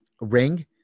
ring